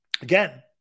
Again